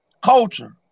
culture